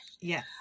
Yes